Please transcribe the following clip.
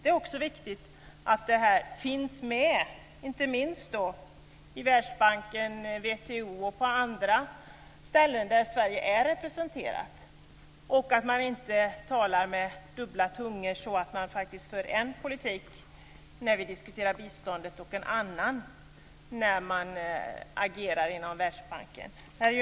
Det är också viktigt att detta finns med i Världsbanken, WTO och på andra sådana ställen där Sverige är representerat så att man inte talar med dubbla tungor och för en politik när vi diskuterar biståndet och en annan när man agerar inom Världsbanken.